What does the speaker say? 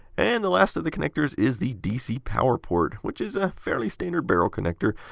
and the last of the connectors is the dc power port, which is a fairly standard barrel connector.